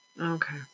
Okay